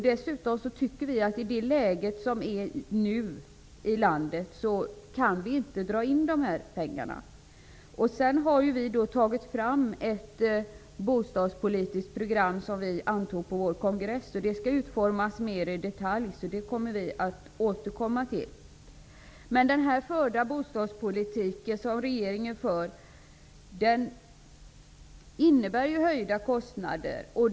Dessutom tycker vi inte att det går att dra in dessa pengar i det läge som landet nu befinner sig i. Vi har tagit fram ett bostadspolitiskt program som antogs på vår kongress. Det skall utformas mer i detalj. Vi återkommer till det. Den bostadspolitik som regeringen för innebär höjda kostnader.